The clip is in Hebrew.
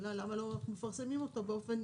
השאלה למה לא מפרסמים אותו באופן